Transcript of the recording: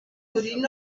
mourinho